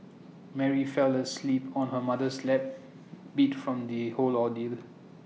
Mary fell asleep on her mother's lap beat from the whole ordeal